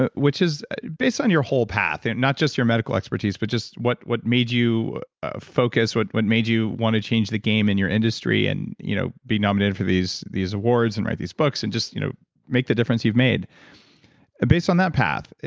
ah which is, based on your whole path, and not just your medical expertise. but just what what made you ah focus, what what made you want to change the game in your industry and you know be nominated for these these awards and write these books and just you know make the difference you've made based on that path,